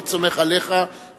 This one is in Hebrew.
מאוד סומך עליך,